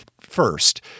first